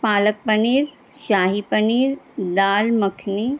پالک paneer shahi paneer dal makhani